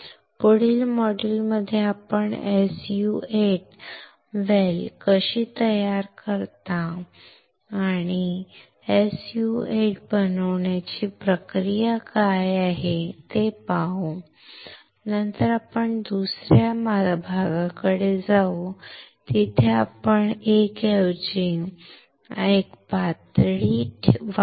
पुढील मॉड्यूलमध्ये आपण SU 8 वेल कशी तयार करू शकतो ते पाहू आणि SU 8 वेल बनवण्याची प्रक्रिया काय आहे आणि नंतर आपण पुढच्या भागाकडे जाऊ जिथे आपण एक ऐवजी आणखी एक पातळी वाढवू